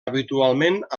habitualment